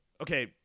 Okay